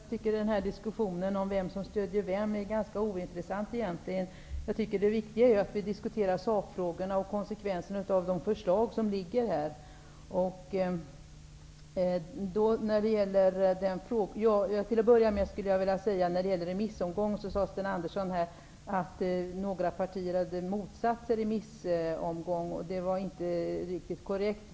Herr talman! Jag tycker att denna diskussion om vem som stöder vem är ganska ointressant. Det viktiga är att diskutera sakfrågorna och konsekvenserna av det förslag som har lagts fram. Sten Andersson i Malmö sade att några partier hade motsatt sig remissomgång. Det var inte riktigt korrekt.